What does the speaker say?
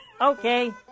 Okay